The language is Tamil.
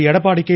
எடப்பாடி கே